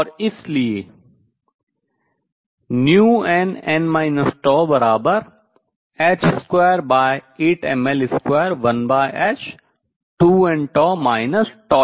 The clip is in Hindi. और इसलिए nn τh28mL21h2nτ 2 ठीक है